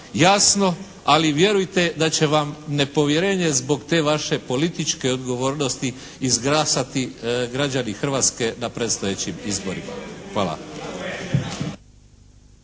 jasno, ali vjerujte da će vam nepovjerenje zbog te vaše političke odgovornosti izglasati građani Hrvatske na predstojećim izborima. Hvala.